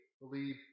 believe